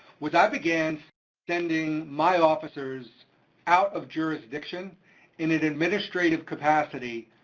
was i began sending my officers out of jurisdiction in an administrative capacity,